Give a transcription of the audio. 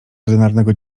ordynarnego